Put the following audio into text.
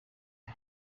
uyu